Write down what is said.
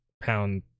pound